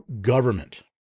government